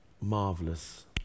marvelous